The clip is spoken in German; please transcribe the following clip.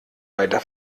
weiter